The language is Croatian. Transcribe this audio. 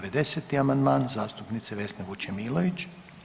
90. amandman zastupnice Vesne Vučemilović.